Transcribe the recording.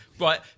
right